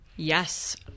Yes